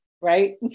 Right